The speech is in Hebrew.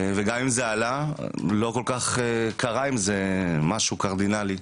גם אם זה עלה, לא כל כך קרה עם זה משהו קרדינלי.